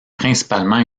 principalement